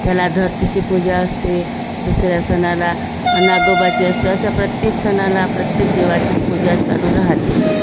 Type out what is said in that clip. त्याला धरतीची पूजा असते दुसऱ्या सणाला नागोबाची असते अशा प्रत्येक सणाला प्रत्येक देवाचीच पूजा चालू राहते